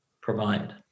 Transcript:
provide